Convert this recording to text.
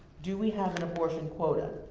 do we have an abortion quota?